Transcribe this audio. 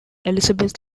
elizabeth